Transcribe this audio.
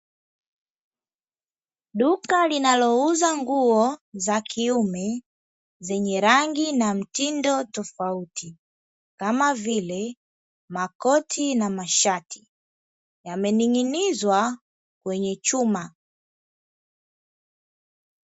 Duka linalouza nguo za kiume zenye rangi na mtindo tofauti, kama vile makoti na mashati; yamening'inizwa kwenye chuma.